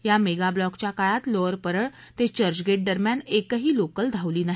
या मेगाब्लॉकच्या काळात लोअर परळ ते चर्चगेटदरम्यान एकही लोकल धावली नाही